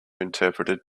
interpreted